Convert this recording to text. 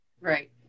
Right